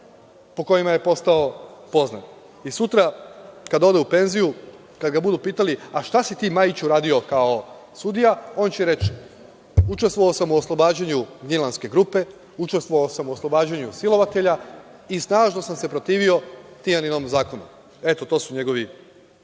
po kojima je postao poznat. Sutra kada ode u penziju, kad ga budu pitali - šta si ti, Majiću, radio kao sudija, on će reći – učestvovao sam u oslobađanju Gnjilanske grupe, učestvovao sam u oslobađanju silovatelja i snažno sam se protivio Tijaninom zakonu. Eto to su njegovi